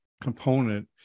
component